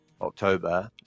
October